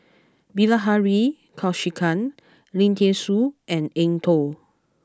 Bilahari Kausikan Lim Thean Soo and Eng Tow